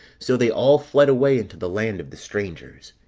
so they all fled away into the land of the strangers.